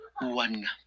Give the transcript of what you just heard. one